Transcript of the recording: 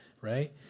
right